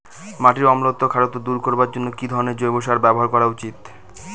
মাটির অম্লত্ব ও খারত্ব দূর করবার জন্য কি ধরণের জৈব সার ব্যাবহার করা উচিৎ?